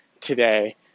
today